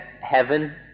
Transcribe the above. heaven